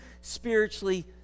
spiritually